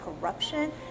corruption